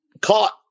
caught